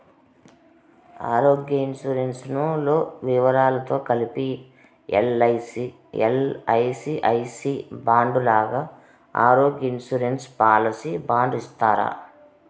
ఆరోగ్య ఇన్సూరెన్సు లో వివరాలతో కలిపి ఎల్.ఐ.సి ఐ సి బాండు లాగా ఆరోగ్య ఇన్సూరెన్సు పాలసీ బాండు ఇస్తారా?